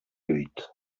lluït